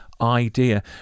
idea